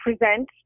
present